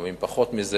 לפעמים פחות מזה.